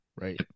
right